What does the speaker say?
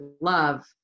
love